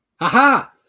aha